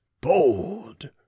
bold